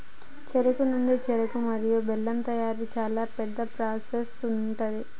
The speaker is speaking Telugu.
చెరుకు నుండి చెక్కర మరియు బెల్లం తయారీ చాలా పెద్ద ప్రాసెస్ ఉంటది